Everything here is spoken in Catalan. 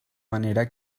manera